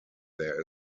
there